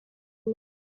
neza